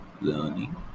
learning